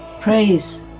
praise